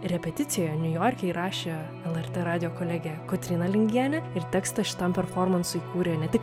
repeticijoj niujorke įrašė lrt radijo kolegė kotryna lingienė ir tekstą šitam performansui kūrė ne tik